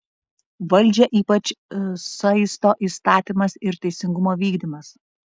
valdžią ypač saisto įstatymas ir teisingumo vykdymas